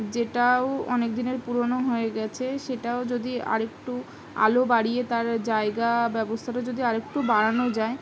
যেটাও অনেক দিনের পুরনো হয়ে গেছে সেটাও যদি আরেকটু আলো বাড়িয়ে তার জায়গা ব্যবস্থাটা যদি আরেকটু বাড়ানো যায়